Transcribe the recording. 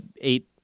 eight